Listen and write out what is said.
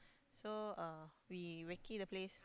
so uh we recce the place